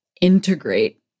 integrate